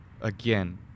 again